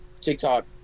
TikTok